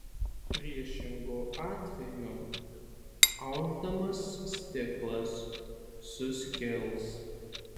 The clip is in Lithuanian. priešingu atveju aušdamas stiklas suskils